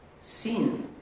sin